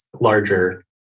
larger